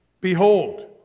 Behold